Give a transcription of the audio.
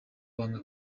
banga